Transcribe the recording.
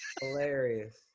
Hilarious